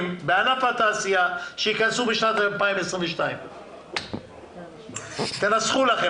בענף התעשייה שייכנסו בשנת 2022. תנסחו את זה.